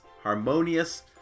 harmonious